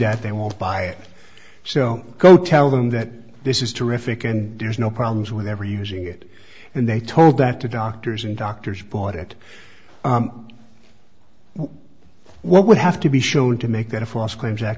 that they won't buy it so go tell them that this is terrific and there's no problems with ever using it and they told that to doctors and doctors bought it what would have to be shown to make that a false claims that